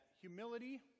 humility